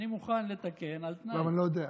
אני מוכן לתקן, על תנאי, אני לא יודע.